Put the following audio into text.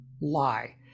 lie